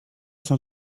cent